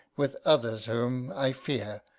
with others whom, i fear,